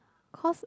cause